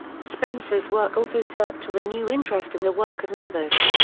spencer's work also served to renew interest in the work of malthus.